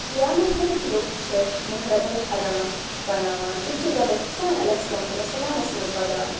شِیا مَذہَبٕکۍ لُکھ چھِ مُحرم الحرام بَناوان تِم چھِ غَمے حُسین علیہ السلام تو وَالسلام منٛز وَدان